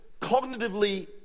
cognitively